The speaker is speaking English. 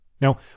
Now